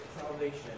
salvation